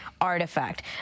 artifact